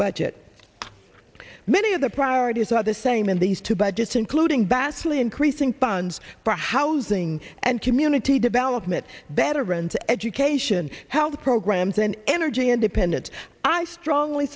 budget many of the priorities are the same in these two budgets including vastly increasing funds for housing and community development better into education health programs an energy independent i strongly